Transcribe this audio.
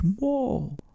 more